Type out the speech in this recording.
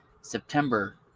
September